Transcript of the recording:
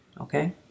Okay